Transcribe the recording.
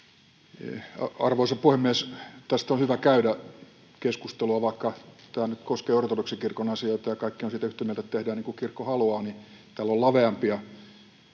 Arvoisa puhemies! Tästä on hyvä käydä keskustelua, sillä vaikka tämä nyt koskee ortodoksikirkon asioita ja kaikki ovat yhtä mieltä siitä, että tehdään niin kuin kirkko haluaa, niin tällä on laveampia